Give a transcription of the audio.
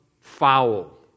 foul